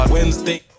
Wednesday